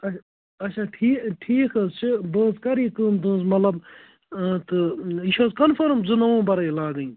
اَچھ اَچھا ٹھی ٹھیٖک حظ چھُ بہٕ حظ کَرٕ یہِ کٲم تُہٕنٛز مطلب تہٕ یہِ چھِ حظ کَنٛفٲرٕم زٕ نومبرٕے لاگٕنۍ